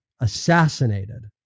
assassinated